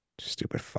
stupid